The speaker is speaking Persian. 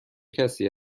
کسی